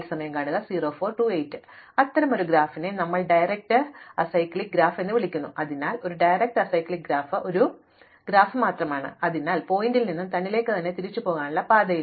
അതിനാൽ അത്തരമൊരു ഗ്രാഫിനെ ഞങ്ങൾ സംവിധാനം ചെയ്ത അസൈക്ലിക്ക് ഗ്രാഫ് എന്ന് വിളിക്കുന്നു അതിനാൽ ഒരു ഡയറക്റ്റ് അസൈക്ലിക് ഗ്രാഫ് ഒരു സംവിധാനം ചെയ്ത ഗ്രാഫ് മാത്രമാണ് അതിൽ ഏതെങ്കിലും ശീർഷകത്തിൽ നിന്ന് തന്നിലേക്ക് തന്നെ തിരിച്ചുപോകാനുള്ള പാതയില്ല